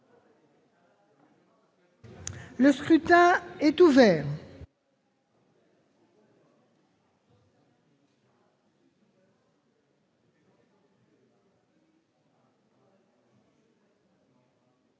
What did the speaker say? Le scrutin est ouvert.